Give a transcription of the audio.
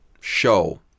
show